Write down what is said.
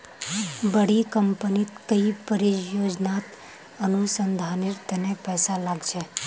बड़ी कंपनी कई परियोजनात अनुसंधानेर तने पैसा लाग छेक